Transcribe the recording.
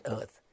Earth